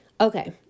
Okay